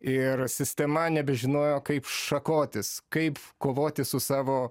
ir sistema nebežinojo kaip šakotis kaip kovoti su savo